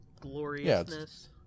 Gloriousness